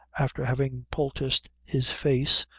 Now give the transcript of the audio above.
after having poulticed his face,